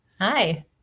Hi